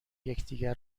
یکدیگر